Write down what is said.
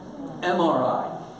MRI